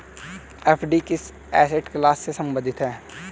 FD किस asset class से संबंधित है?